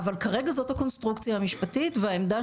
אבל כרגע זאת הקונסטרוקציה המשפטית והעמדה